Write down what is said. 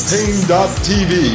Pain.tv